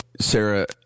Sarah